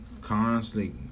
constantly